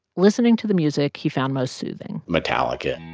listening to the music he found most soothing. metallica.